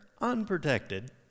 unprotected